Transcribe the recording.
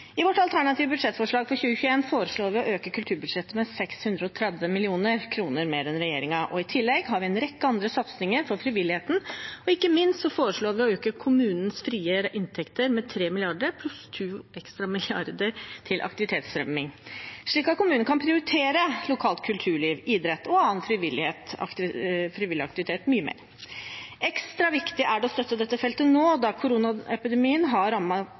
I vårt alternative budsjettforslag for 2021 foreslår vi å øke kulturbudsjettet med 630 mill. kr mer enn regjeringen. I tillegg har vi en rekke andre satsinger på frivilligheten, og ikke minst foreslår vi å øke kommunenes frie inntekter med 3 mrd. kr pluss 2 ekstra milliarder til aktivitetsfremming, slik at kommunene kan prioritere lokalt kulturliv, idrett og annen frivillig aktivitet mye mer. Ekstra viktig er det å støtte dette feltet nå, da koronapandemien har